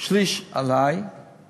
מצב הרוח הלאומי היה מאוד קשה.